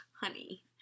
honey